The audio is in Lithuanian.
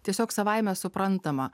tiesiog savaime suprantama